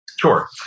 sure